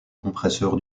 compresseur